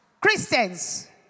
Christians